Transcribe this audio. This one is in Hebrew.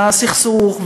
והסכסוך,